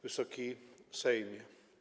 Wysoki Sejmie!